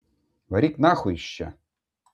varyk nachui iš čia